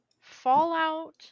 Fallout